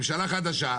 ממשלה חדשה.